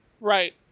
Right